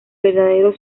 verdadero